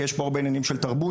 כי יש פה הרבה עניינים של תרבות,